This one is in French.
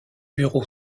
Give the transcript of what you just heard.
bureau